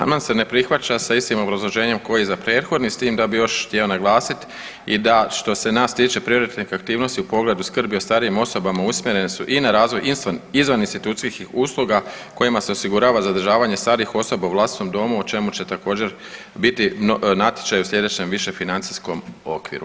Amandman se ne prihvaća sa istim obrazloženjem kao i za prethodni, s time da bi još htio naglasiti i da, što se nas tiče ... aktivnosti u pogledu skrbi o starijim osobama usmjerene su i na razvoj izvan institucijskih usluga kojima se osigurava zadržavanje starijih osoba u vlastitom domu, o čemu će također, biti natječaj u sljedećem više financijskom okviru.